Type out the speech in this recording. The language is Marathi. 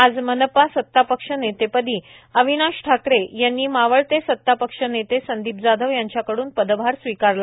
आज मनपा सत्तापक्ष नेते पदी अविनाश ठाकरे यांनी मावळते सत्तापक्ष नेते संदीप जाधव यांचा कडून पदभार स्वीकारला